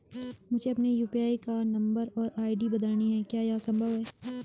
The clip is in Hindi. मुझे अपने यु.पी.आई का नम्बर और आई.डी बदलनी है क्या यह संभव है?